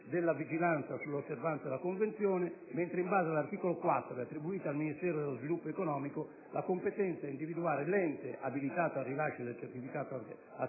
della vigilanza sull'osservanza della Convenzione, mentre in base all'articolo 4 è attribuita al Ministro dello sviluppo economico la competenza a individuare l'ente abilitato al rilascio del certificato assicurativo